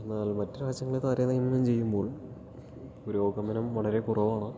എന്നാൽ മറ്റു രാജ്യങ്ങളെ താരതമ്യം ചെയ്യുമ്പോൾ പുരോഗമനം വളരെ കുറവാണ്